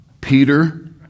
Peter